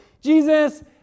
Jesus